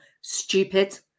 stupid